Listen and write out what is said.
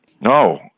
no